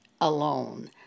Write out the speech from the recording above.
alone